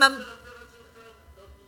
של קופות-החולים.